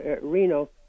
Reno